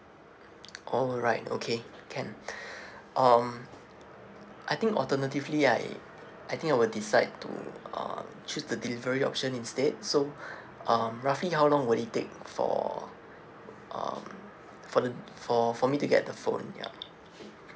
alright okay can um I think alternatively I I think I will decide to um choose the delivery option instead so um roughly how long will it take for um for the for for me to get the phone ya